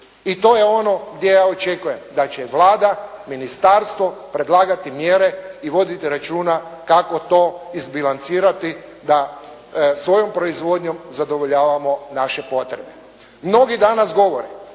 I to je ono gdje ja očekujem da će Vlada, ministarstvo predlagati mjere i voditi računa kako to izbilancirati da svojom proizvodnjom zadovoljavamo naše potrebe. Mnogi danas govore